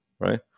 right